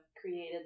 created